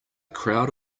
crowd